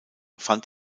fand